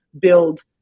build